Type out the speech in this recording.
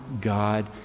God